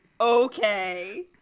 okay